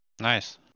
Nice